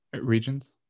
regions